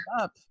up